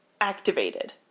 activated